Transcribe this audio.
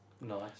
Nice